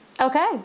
Okay